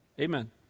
amen